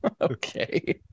okay